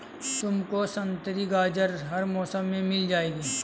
तुमको संतरी गाजर हर मौसम में मिल जाएगी